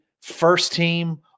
first-team